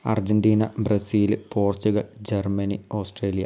Argentina Brazil Portugal Germany Australia